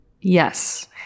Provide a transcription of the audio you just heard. yes